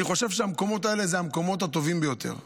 אני חושב שהמקומות האלה הם המקומות הטובים ביותר.